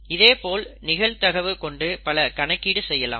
இதேபோல் நிகழ்தகவு கொண்டு பல கணக்கீடு செய்யலாம்